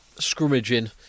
scrummaging